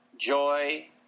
joy